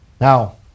Now